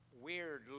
weird